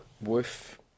Woof